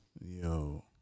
Yo